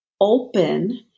open